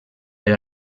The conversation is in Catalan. per